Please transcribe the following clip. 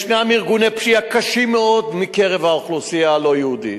יש ארגוני פשיעה קשים מאוד מקרב האוכלוסייה הלא-יהודית.